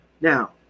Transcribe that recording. now